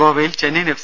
ഗോവയിൽ ചെന്നൈയിൻ എഫ്